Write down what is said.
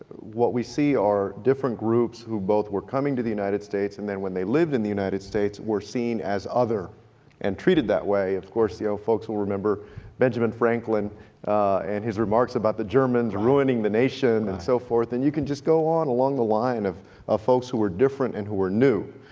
what we see are different groups who both were coming to the united states and then when they lived in the united states were seen as other and treated that way. of course, you know, ah folks will remember benjamin franklin and his remarks about the germans ruining the nation and so forth, and you can just go on along the line of ah folks who were different and who were new.